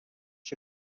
się